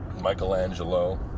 Michelangelo